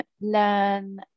learn